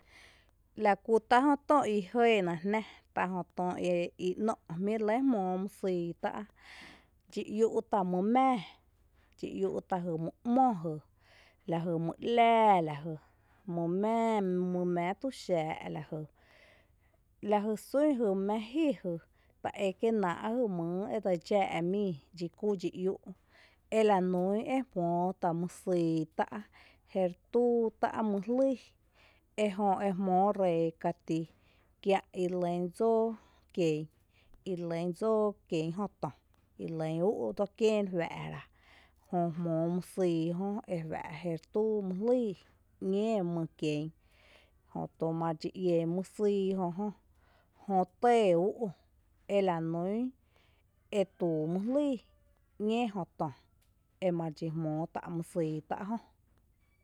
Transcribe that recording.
Lá kú tá' jötö i Jɇɇna jnⱥ, tá' jö Tó i 'Nó' e jmíí? re lɇ jmóo mý syy tá' dxi iú' tá' jy mý 'mó lajy mý 'laalajy mý mⱥⱥ mý mⱥⱥⱥ túxaa' lajy, lájysún jy mⱥⱥⱥ jí jy tá ékié' náaá' lajy e dse dxáa' míi edxikú dxi iú' elanún ejmoo tá' mýsyy tá' jerý túu tá' mý jlýy ejö e jmoó ree katí kiä' i re lɇn dsóó kién jö tÖ, i re lýn ú? dsókién rejuá' ra, jö jmóo mý syy je juⱥ' retúu mý jlii 'ñée mý kien, jötu marɨ dxi ien mý sýý jö, jö tɇɇ ú' ela nún e tuu mý jlýy ´ñeé jö tö e marɨ dxi jmóo tá' mý sýy tá'.